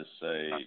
say